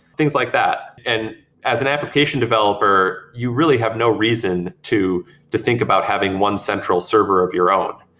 things like that. and as an application developer, you really have no reason to to think about having one central server of your own.